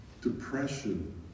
depression